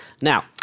Now